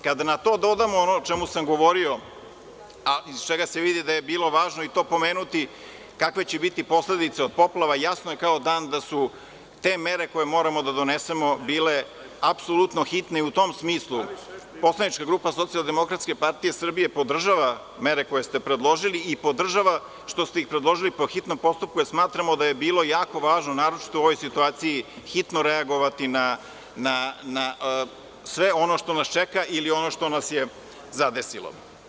Kada na to dodamo ono o čemu sam govorio, a iz čega se vidi da je bilo važno i to pomenuti, kakve će biti posledice od poplava, jasno je kao dan da su te mere koje moramo da donesemo bile apsolutno hitne i u tom smislu poslanička grupa SDPS podržava mere koje ste predložili i podržava što ste ih predložili po hitnom postupku, jer smatramo da je bilo jako važno, naročito u ovoj situaciji, hitno reagovati na sve ono što nas čeka ili ono što nas je zadesilo.